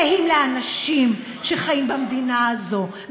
קהים לאנשים שחיים במדינה הזאת,